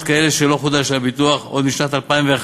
לרבות כאלה שלא חודש להם הביטוח עוד משנת 2011,